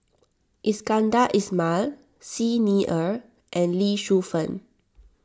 Iskandar Ismail Xi Ni Er and Lee Shu Fen